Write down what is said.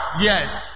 yes